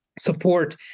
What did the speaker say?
support